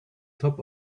top